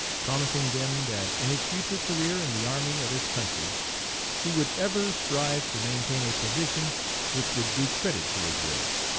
promising them that in his future career in the army of his country he would ever strive to maintain a position which would do credit to his race.